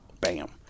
Bam